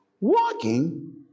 Walking